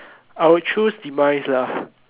I would choose demise lah